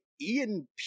Ian